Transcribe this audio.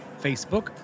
Facebook